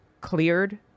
cleared